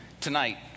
tonight